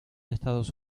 estados